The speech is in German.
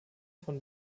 von